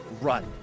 run